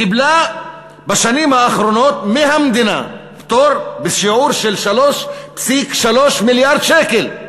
קיבלה בשנים האחרונות מהמדינה פטור בשיעור של 3.3 מיליארד שקל,